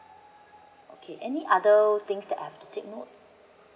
okay any other things that I have to take note